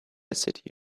city